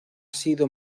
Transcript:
sido